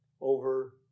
over